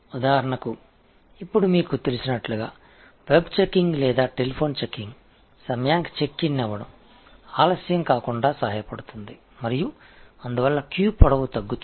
உதாரணமாக இப்போது உங்களுக்குத் தெரிந்தபடி வலைச் சரிபார்ப்பு அல்லது தொலைபேசிச் சரிபார்ப்பு ஒரு காசோலையை தாமதப்படுத்துவதற்கு ஈடுசெய்கிறது எனவே இது வரிசையின் நீளத்தைக் குறைக்கிறது